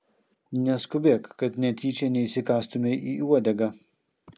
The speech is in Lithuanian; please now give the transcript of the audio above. neskubėk kad netyčia neįsikąstumei į uodegą